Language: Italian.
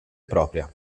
propria